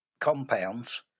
compounds